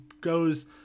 goes